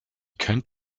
könnt